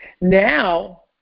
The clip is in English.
now